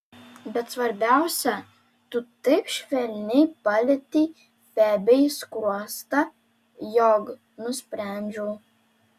bet svarbiausia tu taip švelniai palietei febei skruostą jog nusprendžiau